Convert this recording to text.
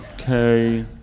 Okay